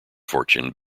fortune